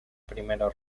primera